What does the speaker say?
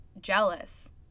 jealous